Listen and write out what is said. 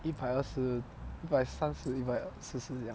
一百二十一百三十一百四十这样